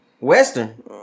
Western